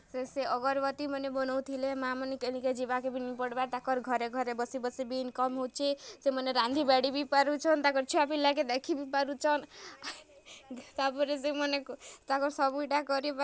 ସେ ସେ ଅଗର୍ବତୀ ମନେ ବନଉଥିଲେ ମା'ମାନେ କେନିକେ ଯିବାକେ ବି ନେଇଁ ପଡ଼୍ବା ତାକର୍ ଘରେ ଘରେ ବସି ବସି ବି ଇନ୍କମ୍ ହୋଉଛେ ସେମାନେ ରାନ୍ଧି ବାଢି ବି ପାରୁଛନ୍ ତାଙ୍କ ଛୁଆ ପିଲାକେ ଦେଖିବି ପାରୁଚନ୍ ତାପରେ ସେମାନେ ତାଙ୍କର୍ ସବୁଟା କରି